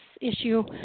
issue